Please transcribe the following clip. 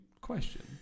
question